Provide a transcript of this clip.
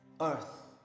earth